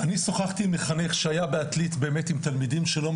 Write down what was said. אני שוחחתי עם מחנך שהיה בעתלית באמת עם תלמידים שלו,